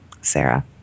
Sarah